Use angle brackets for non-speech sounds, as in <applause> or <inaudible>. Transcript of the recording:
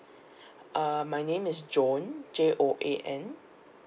<breath> uh my name is joan J O A N